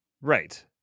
Right